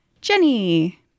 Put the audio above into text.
Jenny